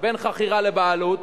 בין חכירה לבעלות.